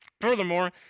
Furthermore